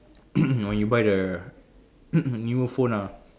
when you buy the newer phone ah